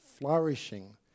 flourishing